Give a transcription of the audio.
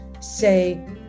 say